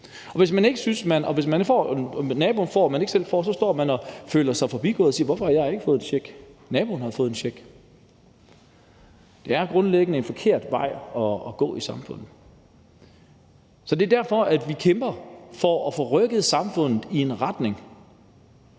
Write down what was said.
Og hvis naboen får, og man ikke selv får, står man og føler sig forbigået og siger: Hvorfor har jeg ikke fået en check; naboen har fået en check? Det er grundlæggende en forkert vej at gå i samfundet. Det er derfor, vi kæmper for at få rykket samfundet i en retning,